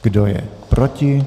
Kdo je proti?